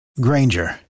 granger